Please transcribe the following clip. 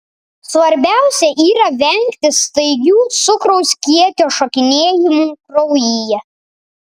svarbiausia yra vengti staigių cukraus kiekio šokinėjimų kraujyje